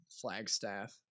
Flagstaff